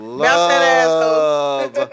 love